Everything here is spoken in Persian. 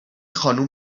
خانوم